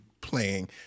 playing